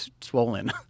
swollen